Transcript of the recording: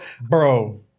bro